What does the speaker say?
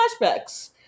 flashbacks